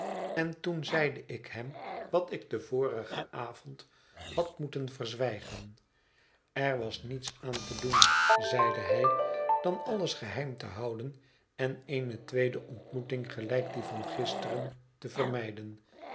en toen zeide ik hem wat ik den vorigen avond had moeten verzwijgen er was niets aan te doen zeide hij dan alles geheim te houden en eene tweede ontmoeting gelijk die van gisteren te vermijden